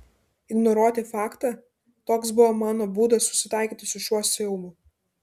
ignoruoti faktą toks buvo mano būdas susitaikyti su šiuo siaubu